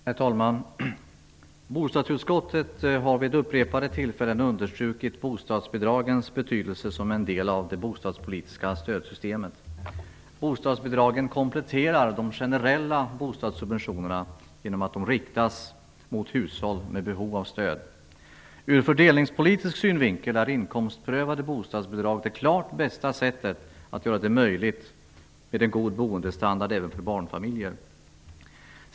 Herr talman! Bostadsutskottet har vid upprepade tillfällen understrukit bostadsbidragens betydelse såsom en del av det bostadspolitiska stödsystemet. Bostadsbidragen kompletterar de generella bostadssubventionerna genom att de riktas mot hushåll med behov av stöd. Ur fördelningspolitisk synvinkel är inkomstprövade bostadsbidrag det klart bästa sättet att göra det möjligt att åstadkomma en god boendestandard även för barnfamiljer.